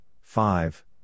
five